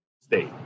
state